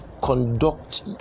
conduct